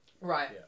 Right